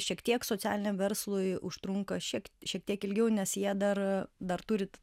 šiek tiek socialiniam verslui užtrunka šiek šiek tiek ilgiau nes jie dar dar turi